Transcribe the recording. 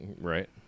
right